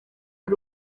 ari